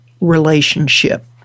relationship